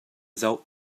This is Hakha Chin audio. zoh